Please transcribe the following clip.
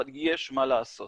אבל יש מה לעשות